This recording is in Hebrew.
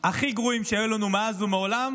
הכי גרועים שהיו לנו מאז ומעולם,